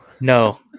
No